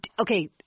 Okay